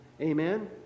Amen